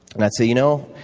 and i'd say, you know,